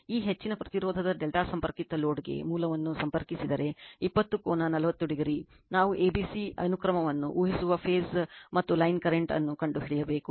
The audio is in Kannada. ಈ ಹೆಚ್ಚಿನ ಪ್ರತಿರೋಧದ ∆ ಸಂಪರ್ಕಿತ ಲೋಡ್ಗೆ ಮೂಲವನ್ನು ಸಂಪರ್ಕಿಸಿದರೆ 20 ಕೋನ 40o ನಾವು abc ಅನುಕ್ರಮವನ್ನು ಊಹಿಸುವ ಫೇಸ್ ಮತ್ತು ಲೈನ್ ಕರೆಂಟ್ ಅನ್ನು ಕಂಡುಹಿಡಿಯಬೇಕು